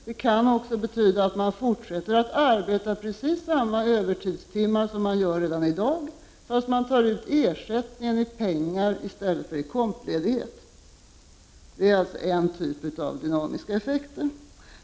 Det kan också betyda att man fortsätter att arbeta precis samma antal övertidstimmar som man gör i dag, fast man tar ut ersättningen i pengar i stället för i kompledighet. Detta är en typ av dynamiska effekter.